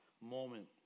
moment